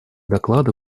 доклада